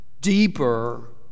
deeper